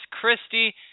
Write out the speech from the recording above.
Christie